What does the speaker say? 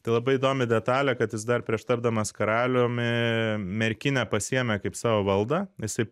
tai labai įdomi detalė kad jis dar prieš tapdamas karaliumi merkinę pasiėmė kaip savo valdą jisai